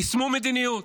יישמו מדיניות,